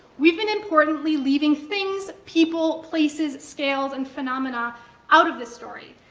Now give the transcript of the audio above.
we've been importantly leaving things people, places, scales, and phenomena out of the story.